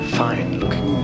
fine-looking